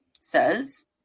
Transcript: says